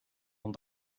one